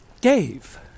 Dave